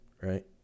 Right